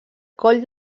coll